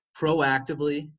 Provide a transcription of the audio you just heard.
proactively